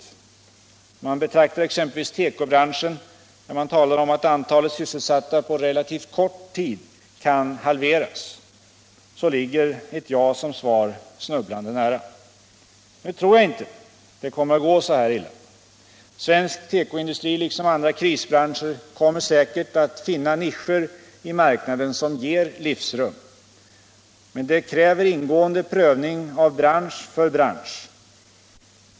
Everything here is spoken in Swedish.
När man betraktar exempelvis tekobranschen, där man talar om att antalet sysselsatta på relativt kort tid kan halveras, så ligger ett ja som svar snubblande nära. Nu tror jag inte att det kommer att gå så illa. Svensk tekoindustri liksom andra krisbranscher kommer säkert att finna nischer i marknaden som ger livsrum. Men det kräver ingående prövning bransch för bransch.